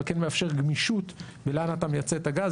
כן מאפשר גמישות בלאן אתה מייצא את הגז.